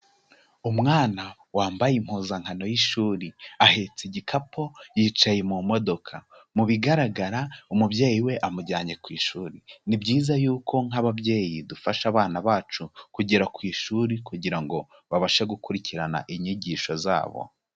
Umwana wambaye impuzankano y'ishuri, ahetse igikapu yicaye mu modoka, mu bigaragara umubyeyi we amujyanye ku ishuri, ni byiza yuko nk'ababyeyi dufasha abana bacu kugera ku ishuri kugira ngo babashe gukurikirana inyigisho zabo.